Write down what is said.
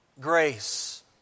Grace